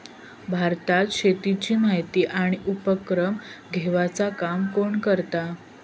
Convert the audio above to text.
भारतात शेतीची माहिती आणि उपक्रम घेवचा काम कोण करता?